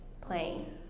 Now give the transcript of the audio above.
playing